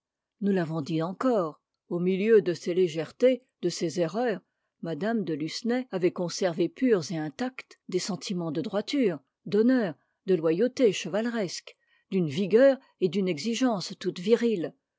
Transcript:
nous l'avons dit encore au milieu de ses légèretés de ses erreurs mme de lucenay avait conservé purs et intacts des sentiments de droiture d'honneur de loyauté chevaleresque d'une vigueur et d'une exigence toutes viriles